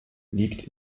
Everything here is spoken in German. liegt